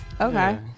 Okay